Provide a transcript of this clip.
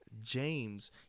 James